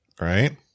right